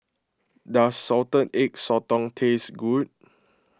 does Salted Egg Sotong taste good